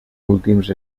últims